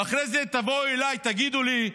ואחרי זה, תבואו אליי ותגידו לי: